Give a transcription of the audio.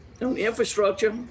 infrastructure